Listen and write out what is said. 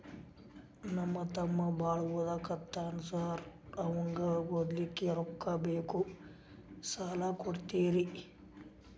ನಮ್ಮ ತಮ್ಮ ಬಾಳ ಓದಾಕತ್ತನ ಸಾರ್ ಅವಂಗ ಓದ್ಲಿಕ್ಕೆ ರೊಕ್ಕ ಬೇಕು ಸಾಲ ಕೊಡ್ತೇರಿ?